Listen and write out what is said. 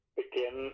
begin